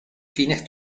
fines